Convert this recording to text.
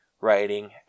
writing